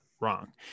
wrong